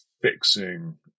fixing